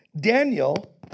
Daniel